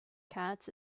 katz